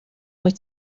wyt